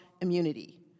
immunity